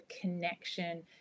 connection